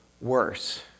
worse